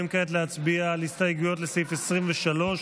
אנו עוברים כעת להצביע על הסתייגויות לסעיף 23,